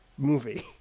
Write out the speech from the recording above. movie